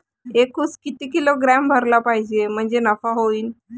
एक उस किती किलोग्रॅम भरला पाहिजे म्हणजे नफा होईन?